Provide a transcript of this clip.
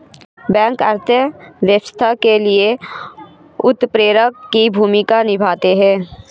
bank अर्थव्यवस्था के लिए उत्प्रेरक की भूमिका निभाते है